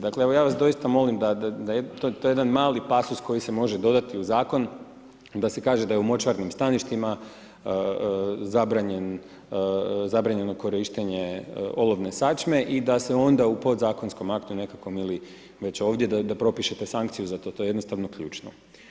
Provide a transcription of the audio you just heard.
Dakle, evo ja vas doista molim da to je jedan mali pasus koji se može dodati u zakon da se kaže da je u močvarnim staništima zabranjen, zabranjeno korištenje olovne sačme i da se onda u pod zakonskom aktu nekakvom ili već ovdje da propišete sankciju za to, to je jednostavno ključno.